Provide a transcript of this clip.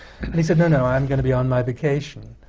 and he said, no, no, i'm gonna be on my vacation.